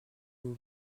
vous